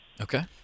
Okay